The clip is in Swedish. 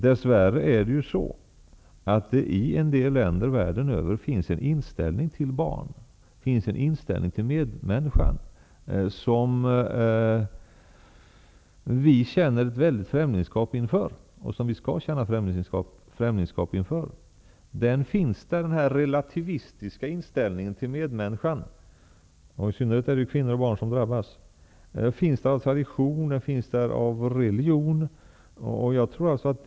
Dess värre finns det i en del länder världen över en inställning till barn, till medmänniskan, som vi känner ett väldigt främlingskap inför. Vi skall också känna ett stort främlingskap inför den. Denna relativistiska inställning till medmänniskan finns där, och det är i synnerhet kvinnor och barn som drabbas. Den inställningen finns av tradition och av religion.